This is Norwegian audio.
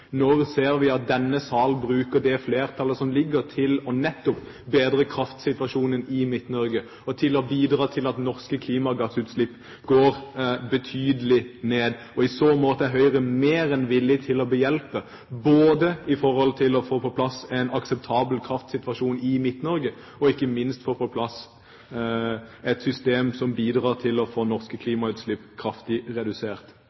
ser vi effekten av dem? Når ser vi at denne sal bruker det flertallet som er, til nettopp å bedre kraftsituasjonen i Midt-Norge og å bidra til at norske klimagassutslipp går betydelig ned? I så måte er Høyre mer enn villig til å hjelpe til å få på plass en akseptabel kraftsituasjon i Midt-Norge, og ikke minst å få på plass et system som bidrar til å få norske klimautslipp kraftig redusert.